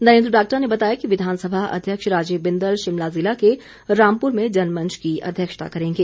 नरेन्द्र बरागटा ने बताया कि विधानसभा अध्यक्ष राजीव बिंदल शिमला जिला के रामपुर में जनमंच की अध्यक्षता करेंगे